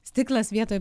stiklas vietoj